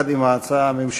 דוד, למה לא